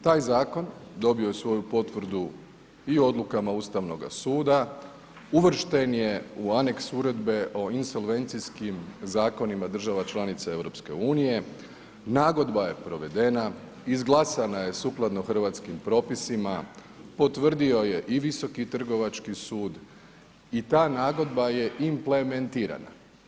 Taj zakon je dobio svoju potvrdu i odlukama Ustavnoga suda, uvršten je u aneks uredbe o insolvencijskim zakonima, državama članica EU, nagodba je provedena, izglasana je sukladno hrvatskim propisima, potvrdio je i Visoki trgovački sud i ta nagodba je implementirana.